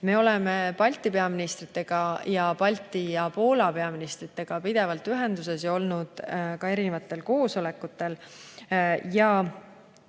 Me oleme Balti peaministritega ja Poola peaministriga pidevalt ühenduses olnud ka erinevatel koosolekutel